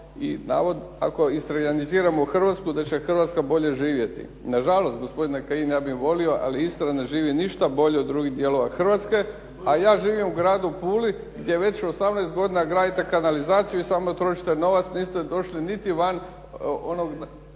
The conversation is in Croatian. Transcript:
navod ako istrianiziramo Hrvatsku da će Hrvatska bolje živjeti. Nažalost gospodine Kajin ja bih volio ali Istra ne živi ništa bolje od drugih dijelova Hrvatske, a ja živim u gradu Puli gdje već 18 godina gradite kanalizaciju i samo trošite novac, niste došli niti van onog